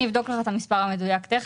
אני יכולה לבדוק גם את המספר המדויק תיכף,